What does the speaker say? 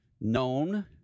known